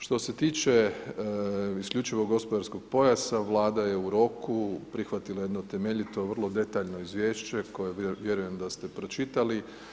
Što se tiče isključivo gospodarskog pojasa Vlada je u roku prihvatila jedno temeljito, vrlo detaljno izvješće koje vjerujem da ste pročitali.